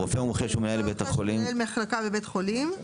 (6) רופא מומחה שהוא מנהל מחלקה בבית חולים,